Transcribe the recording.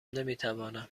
نمیتوانم